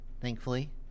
thankfully